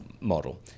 model